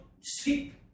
sleep